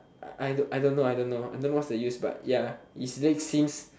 I I don't know I don't know I don't know what's the use but ya his leg seems